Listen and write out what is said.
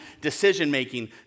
decision-making